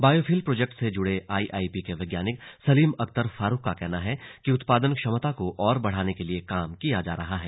bio fuel project से जुड़े IIP के वैज्ञानिक सलीम अख्तर फारूक का कहना है कि उत्पादन क्षमता को और बढ़ाने के लिए काम किया जा रहा है